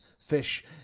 fish